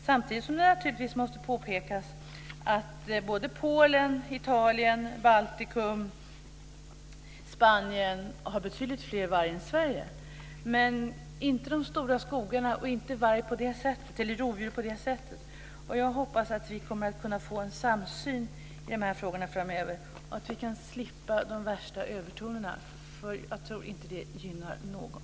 Samtidigt måste det naturligtvis påpekas att både Polen, Italien, Baltikum och Spanien har betydligt mer varg än Sverige. Men de har inte de stora skogarna, och inte rovdjur på det sättet. Jag hoppas att vi kommer att kunna få en samsyn i de här frågorna framöver och att vi kan slippa de värsta övertonerna, för jag tror inte att det gynnar någon.